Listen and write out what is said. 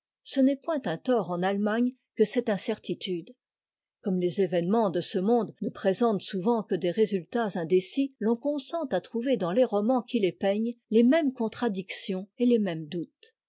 ce n'est point un tort en allemagne que cette incertitude comme les événements de ce monde ne présentent souvent que des résultats indécis l'on consent à trouver dans les romans qui les peignent les mêmes contradictions et les mêmes doutes